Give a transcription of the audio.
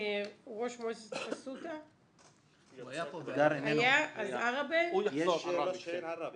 יש שאלה של עראבה.